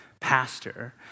pastor